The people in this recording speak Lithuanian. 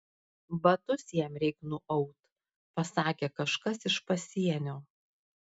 batus jam reik nuaut pasakė kažkas iš pasienio